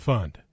Fund